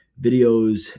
videos